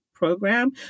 program